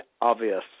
obvious